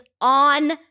on